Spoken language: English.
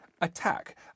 attack